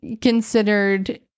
considered